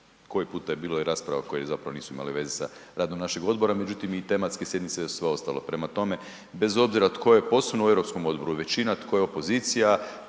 koji puta je bilo i rasprava koje zapravo nisu imale veze sa radom našeg odbora, međutim i tematske sjednice i sve ostalo. Prema tome, bez obzira tko je poslan u Europskom odboru, većina tko je opozicija,